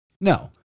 No